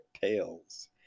tales